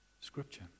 Scripture